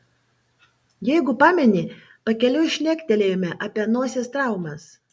jeigu pameni pakeliui šnektelėjome apie nosies traumas